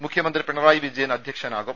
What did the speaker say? മുഖ്യമന്ത്രി പിണറായി വിജയൻ അധ്യക്ഷനാകും